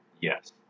yes